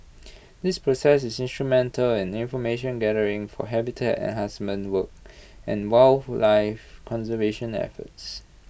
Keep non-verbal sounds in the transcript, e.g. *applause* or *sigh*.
*noise* this process is instrumental in information gathering for habitat enhancement work *noise* and wildlife conservation efforts